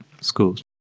schools